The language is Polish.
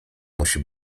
musi